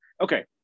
okay